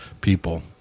people